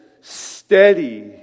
steady